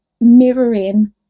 mirroring